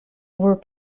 were